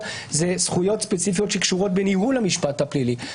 בעולם זה זכויות ספציפיות שקשורות בניהול המשפט הפלילי.